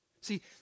See